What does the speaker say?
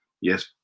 Yes